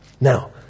Now